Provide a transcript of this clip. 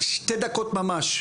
שתי דקות ממש,